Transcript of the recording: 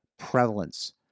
Prevalence